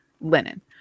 linen